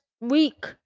week